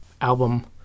album